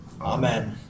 Amen